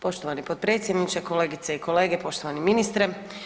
Poštovani potpredsjedniče, kolegice i kolege, poštovani ministre.